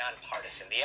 nonpartisan